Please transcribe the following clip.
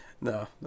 No